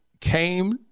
came